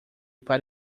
para